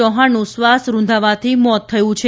ચૌફાણનું શ્વાસ રૂંધાવાથી મોત થયું છે